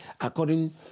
according